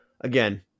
again